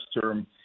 term